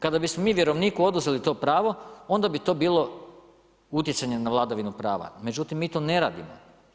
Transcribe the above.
Kada bismo mi vjerovniku oduzeli to pravo onda bi to bilo utjecanje na vladavinu prava, međutim mi to ne radimo.